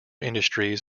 industries